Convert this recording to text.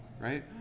Right